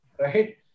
Right